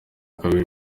kabiri